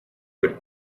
would